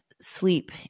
sleep